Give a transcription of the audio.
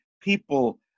people